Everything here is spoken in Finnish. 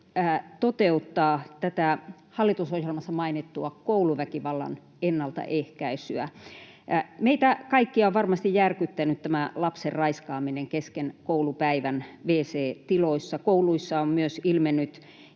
toteuttaa tätä hallitusohjelmassa mainittua kouluväkivallan ennaltaehkäisyä? Meitä kaikkia on varmasti järkyttänyt tämä lapsen raiskaaminen kesken koulupäivän wc-tiloissa. Kouluissa on myös ilmennyt